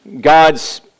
God's